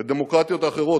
אל הדמוקרטיות האחרות,